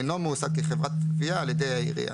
אינו מועסק כחברת גבייה על ידי העירייה.